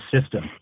system